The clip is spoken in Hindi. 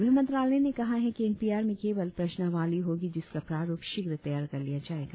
गृहमंत्रालय ने कहा है कि एन पी आर में केवल प्रश्नावली होगी जिसका प्रारुप शीघ्र तैयार कर लिया जाएगा